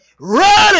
ready